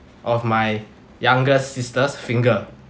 of my younger sister's finger